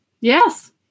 yes